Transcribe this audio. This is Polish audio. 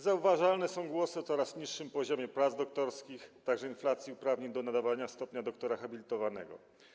Zauważalne są głosy o coraz niższym poziomie prac doktorskich, także inflacji uprawnień do nadawania stopnia doktora habilitowanego.